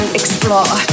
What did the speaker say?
explore